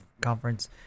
conference